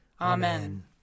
Amen